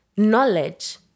knowledge